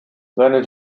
seine